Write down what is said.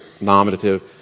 nominative